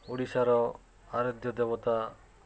ଓଡ଼ିଶାର ଆରାଧ୍ୟ ଦେବତା